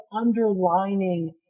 underlining